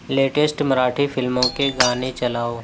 latest Marathi فلموں کے گانے چلاؤ